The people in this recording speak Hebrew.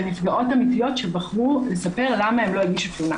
נפגעות אמיתיות שבחרו לספר למה הן לא הגישו תלונה.